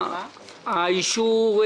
הצבעה בעד פה אחד נגד אין נמנעים אין אושר.